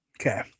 Okay